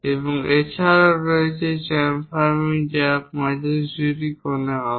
এবং এছাড়াও রয়েছে চ্যামফারিং যা 45 ডিগ্রি কোণে হবে